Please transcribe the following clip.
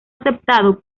aceptado